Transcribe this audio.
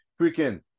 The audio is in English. freaking